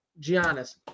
Giannis